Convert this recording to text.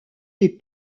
les